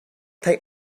take